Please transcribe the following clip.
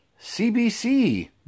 cbc